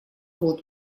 вот